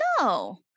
No